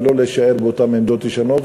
ולא להישאר באותן עמדות ישנות,